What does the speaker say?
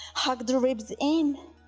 hug the ribs in,